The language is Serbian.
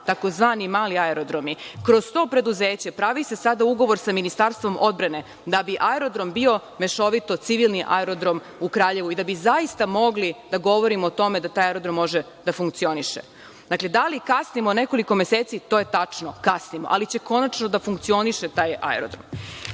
tzv. mali aerodromi. Kroz to preduzeće pravi se sada ugovor sa Ministarstvom odbrane da bi aerodrom bio mešovito, civilni aerodrom u Kraljevu, i da bi zaista mogli da govorimo o tome da taj aerodrom može da funkcioniše. Dakle, da li kasnimo nekoliko meseci? To je tačno, kasnimo, ali će konačno da funkcioniše taj aerodrom. Drugo,